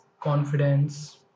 confidence